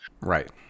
Right